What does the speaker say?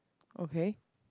okay